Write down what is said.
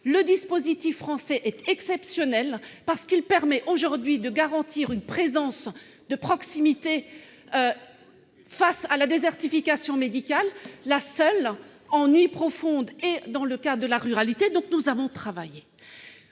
Le dispositif français est exceptionnel, car il permet aujourd'hui de garantir une présence de proximité dans un contexte de désertification médicale, la seule en nuit profonde et dans les zones rurales. Nous avons travaillé.